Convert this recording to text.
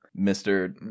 Mr